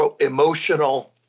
emotional